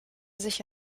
sich